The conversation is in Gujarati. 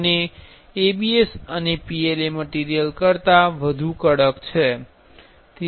અને ABS એ PLA મટીરિયલ કરતાં વધુ કડક છે